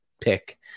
pick